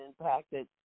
impacted